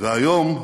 והיום,